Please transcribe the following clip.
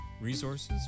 Resources